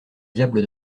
diable